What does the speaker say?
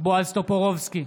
בועז טופורובסקי,